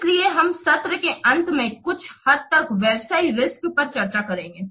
इसलिए हम सत्र के अंत में कुछ हद तक व्यावसायिक रिस्क पर चर्चा करेंगे